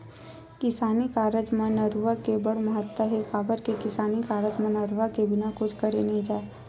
किसानी कारज म नरूवा के बड़ महत्ता हे, काबर के किसानी कारज म नरवा के बिना कुछ करे नइ जाय